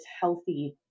healthy